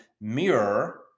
mirror